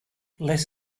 less